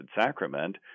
Sacrament